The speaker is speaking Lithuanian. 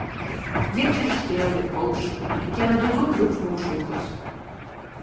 jie čirškėjo lyg paukščiai ir kėlė daugiau triukšmo už vaikus